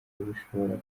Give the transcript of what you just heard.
bishobora